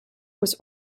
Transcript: was